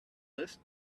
list